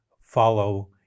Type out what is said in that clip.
follow